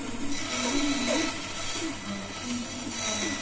पूण तिनूय न्ही अ तिनूय